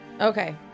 Okay